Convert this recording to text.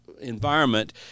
environment